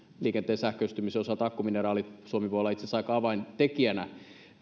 liikenteen sähköistymisen osalta akkumineraalien kohdalla suomi voi olla itse asiassa aika avaintekijänä